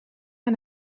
aan